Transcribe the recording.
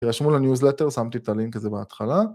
תירשמו לניוזלטר, שמתי את הלינק הזה בהתחלה.